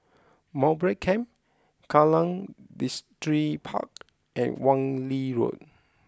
Mowbray Camp Kallang Distripark and Wan Lee Road